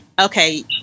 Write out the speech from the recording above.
okay